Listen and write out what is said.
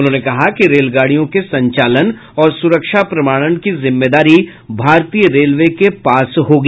उन्होंने कहा कि रेलगाडियों के संचालन और सुरक्षा प्रमाणन की जिम्मेदारी भारतीय रेलवे के पास होगी